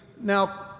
now